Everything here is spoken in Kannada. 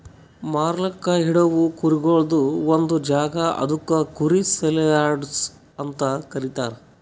ಮಾರ್ಲುಕ್ ಇಡವು ಕುರಿಗೊಳ್ದು ಒಂದ್ ಜಾಗ ಅದುಕ್ ಕುರಿ ಸೇಲಿಯಾರ್ಡ್ಸ್ ಅಂತ ಕರೀತಾರ